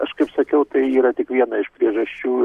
aš kaip sakiau tai yra tik viena iš priežasčių